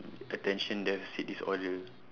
attention deficit disorder